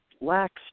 lacks